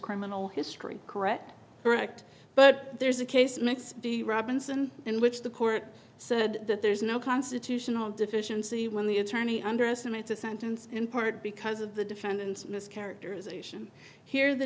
criminal history correct correct but there's a case makes the robinson in which the court said that there's no constitutional deficiency when the attorney underestimates the sentence in part because of the defendant's mischaracterization here the